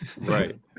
Right